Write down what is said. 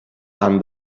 and